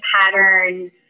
patterns